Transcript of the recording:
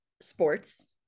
sports